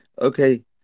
Okay